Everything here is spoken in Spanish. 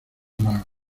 magos